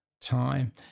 time